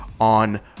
on